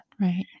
Right